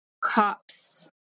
cops